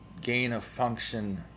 gain-of-function